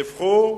דיווחו,